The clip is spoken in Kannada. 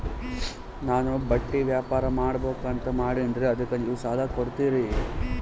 ನಾನು ಬಟ್ಟಿ ವ್ಯಾಪಾರ್ ಮಾಡಬಕು ಅಂತ ಮಾಡಿನ್ರಿ ಅದಕ್ಕ ನೀವು ಸಾಲ ಕೊಡ್ತೀರಿ?